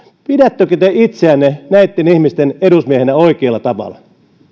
pidättekö te itseänne näitten ihmisten edusmiehenä oikealla tavalla